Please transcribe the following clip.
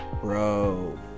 Bro